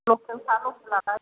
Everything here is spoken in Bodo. लखेलखा लखेलालाय